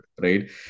right